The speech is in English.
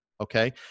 Okay